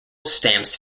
stamps